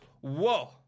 whoa